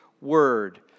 word